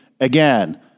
Again